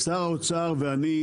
שר האוצר ואני,